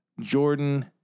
Jordan